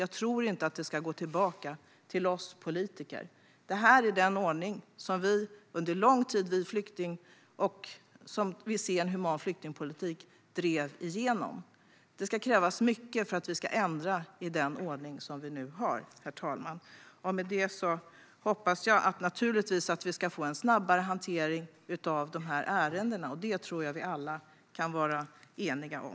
Jag tror inte att det ska ligga på oss politiker. Det här är den ordning med human flyktingpolitik som vi under lång tid drev igenom. Det ska krävas mycket för att vi ska ändra i den ordning som vi nu har. Med detta hoppas jag att det ska bli en snabbare hantering av dessa ärenden. Det tror jag att vi alla kan vara eniga om.